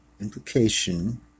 implication